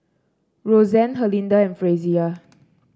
Roxane Herlinda and Frazier